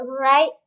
right